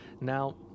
Now